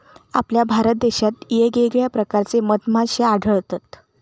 आपल्या भारत देशात येगयेगळ्या प्रकारचे मधमाश्ये आढळतत